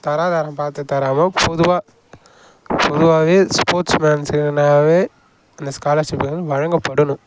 தராதரம் பார்த்து தராமல் பொதுவாக பொதுவாகவே ஸ்போட்ஸ் மேன்ஸுக்குனாலே அந்த ஸ்காலர்ஷிப் எதுவும் வழங்கப்படணும்